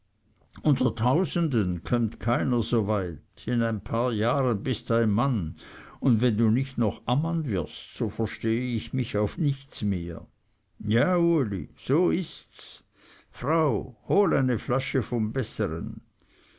unter tausenden kömmt keiner so weit in ein paar jahren bist ein mann und wenn du nicht noch ammann wirst so verstehe ich mich auf nichts mehr ja uli so ists frau hol eine flasche vom bessern